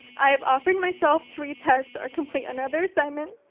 i have offered myself to retest or complete another assignment